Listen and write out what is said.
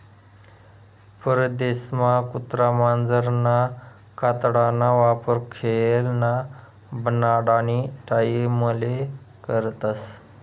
परदेसमा कुत्रा मांजरना कातडाना वापर खेयना बनाडानी टाईमले करतस